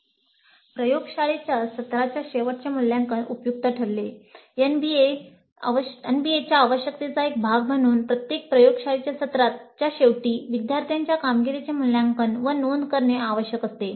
"प्रयोगशाळेच्या सत्राच्या शेवटचे मूल्यांकन उपयुक्त ठरले" एनबीएच्या आवश्यकतेचा एक भाग म्हणून प्रत्येक प्रयोगशाळेच्या सत्राच्या शेवटी विद्यार्थ्यांच्या कामगिरीचे मूल्यांकन व नोंद करणे आवश्यक असते